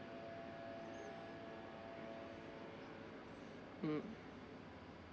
mmhmm